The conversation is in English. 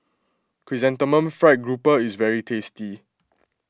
Chrysanthemum Fried Grouper is very tasty